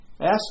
Ask